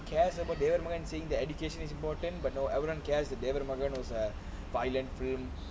cares about they earn more than saying that education is important but no I wouldn't guess david morgan was a violent film